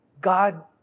God